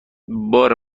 بار